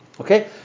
Okay